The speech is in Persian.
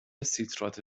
سیتراته